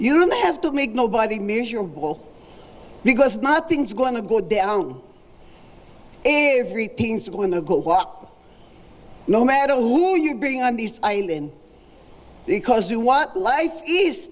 you don't have to make nobody measurable because nothing's going to go down everything's going to go what no matter who you bring on the island because you want life